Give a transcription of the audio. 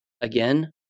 again